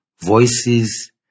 voices